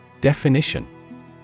Definition